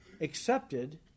accepted